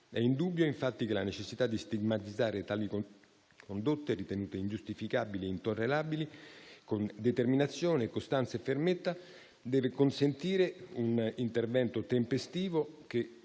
È indubbio, infatti, che la necessità di stigmatizzare tali condotte, ritenute ingiustificabili e intollerabili, con determinazione, costanza e fermezza, deve consentire un intervento tempestivo che